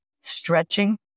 stretching